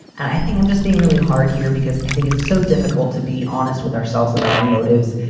and i think i'm just being really hard here because i think it's so difficult to be honest with ourselves about our motives,